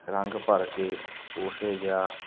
ਰੰਗ ਭਰ ਕੇ ਉਹੇ ਜਿਹਾ